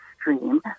stream